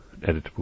editable